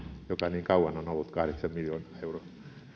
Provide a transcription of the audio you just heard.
joka niin kauan on ollut kahdeksan miljoonaa euroa